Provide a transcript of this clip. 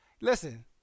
Listen